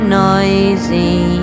noisy